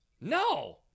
No